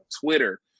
Twitter